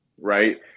right